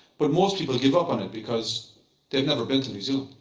but most people give up on it because they've never been to new zealand